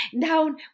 down